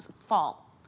fall